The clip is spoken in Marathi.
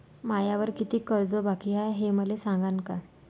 मायावर कितीक कर्ज बाकी हाय, हे मले सांगान का?